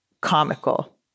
comical